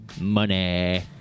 Money